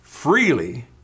freely